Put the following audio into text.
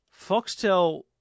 Foxtel